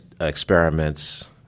experiments